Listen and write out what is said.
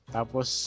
Tapos